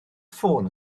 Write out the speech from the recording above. ffôn